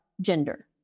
gender